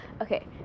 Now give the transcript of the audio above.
Okay